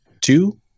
two